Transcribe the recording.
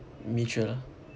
mutual ah